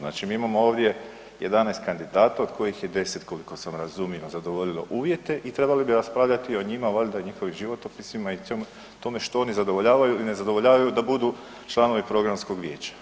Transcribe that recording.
Znači mi imamo ovdje 11 kandidata od kojih je 10 koliko sam razumio zadovoljilo uvjete i trebali bi raspravljati o njima valjda i njihovim životopisima i svemu tome što oni zadovoljavaju ili ne zadovoljavaju da budu članovi programskog vijeća.